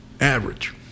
average